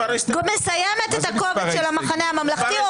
מסיימת את הקובץ של המחנה הממלכתי,